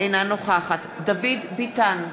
אינה נוכחת דוד ביטן,